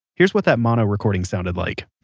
here's what that mono recording sounded like